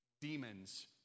Demons